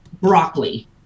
broccoli